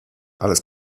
alles